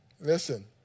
Listen